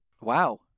Wow